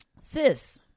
sis